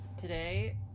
today